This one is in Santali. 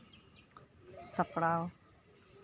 ᱥᱟᱯᱲᱟᱣ